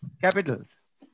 Capitals